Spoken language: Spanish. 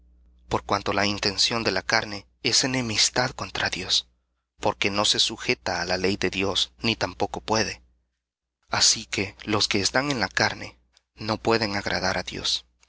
por cuanto la intención de la carne es enemistad contra dios porque no se sujeta á la ley de dios ni tampoco puede así que los que están en la carne no pueden agradar á dios